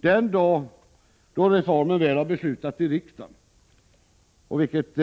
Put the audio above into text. Den dag då reformen väl har beslutats i riksdagen — vilket